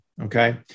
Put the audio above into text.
Okay